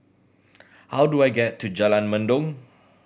how do I get to Jalan Mendong